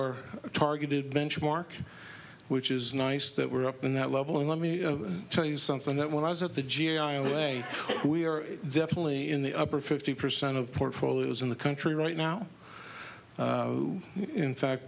our targeted benchmark which is nice that we're up in that level and let me tell you something that when i was at the g i away we are definitely in the upper fifty percent of portfolios in the country right now in fact